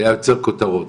היה יוצר כותרות.